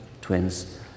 twins